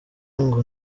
ngo